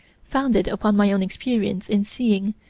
founded upon my own experience in seeing,